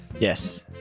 Yes